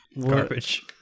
Garbage